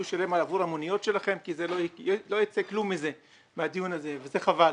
שילם עבור המוניות שלנו כי מהדיון הזה לא יצא כלום וזה חבל.